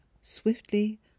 swiftly